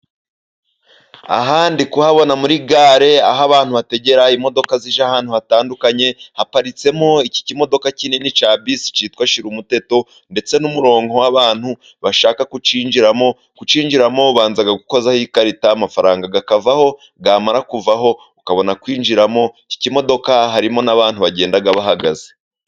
Aha ndi kuhabona muri gare, aho abantu bategera imodoka zijya ahantu hatandukanye. Haparitsemo iki kimodoka kinini cya bisi kitwa shirumuteto, ndetse n'umurongo w'abantu bashaka kukinjiramo. Kukinjiramo ubanza gukozaho ikarita amafaranga akavaho, yamara kuvaho ukabona kwinjiramo. Iki kimodoka harimo n'abantu bagenda bahagaze.